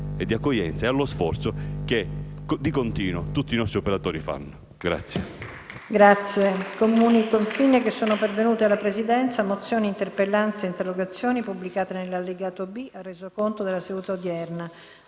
e accoglienza, e allo sforzo che di continuo tutti i nostri operatori fanno.